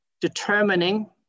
determining